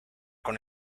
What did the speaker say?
con